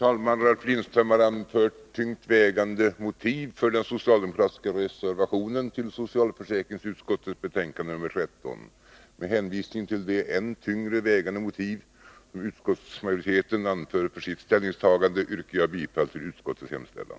Fru talman! Med hänvisning till den utomordentliga motivering för utskottsmajoritetens ställningstagande som finns i betänkandet ber jag att få yrka bifall till utskottets hemställan.